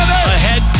ahead